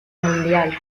mundial